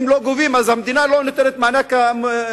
אם הן לא גובות המדינה לא נותנת את המענק המותנה,